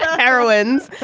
carowinds.